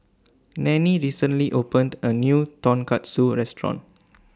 Nannie recently opened A New Tonkatsu Restaurant